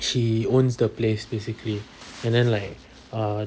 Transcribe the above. she owns the place basically and then like uh